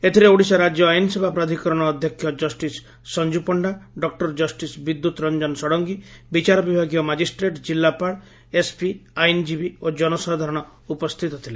ଏଥିରେ ଓଡ଼ିଶା ରାଜ୍ୟ ଆଇନସେବା ପ୍ରାଧିକରଣ ଅଧ୍ୟକ୍ଷ କଷ୍ଟିସ୍ ସଞ୍ଚ ପଶ୍ତା ଡକୁର ଜଷିସ୍ ବିଦ୍ୟୁତ୍ ରଂଜନ ଷଡ଼ଙ୍ଗୀ ବିଚାର ବିଭାଗୀୟ ମାଜିଷ୍ଟ୍ରେଟ୍ ଜିଲ୍ଲାପାଳ ଏସ୍ପି ଆଇନଜୀବୀ ଓ ଜନସାଧାରଣ ଉପସ୍ସିତ ଥିଲେ